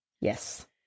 Yes